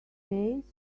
face